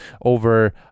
over